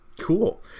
Cool